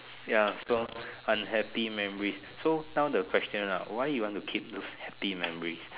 ya so unhappy memories so now the question ah why you want to keep the happy memories